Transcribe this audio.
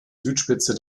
südspitze